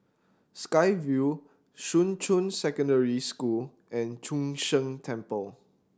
Sky Vue Shuqun Secondary School and Chu Sheng Temple